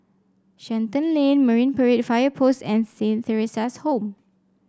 Shenton Lane Marine Parade Fire Post and Saint Theresa's Home